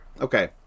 Okay